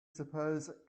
suppose